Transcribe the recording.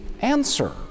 answer